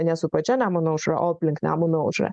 ne su pačia nemuno aušra o aplink nemuno aušrą